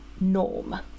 norm